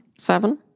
Seven